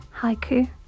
haiku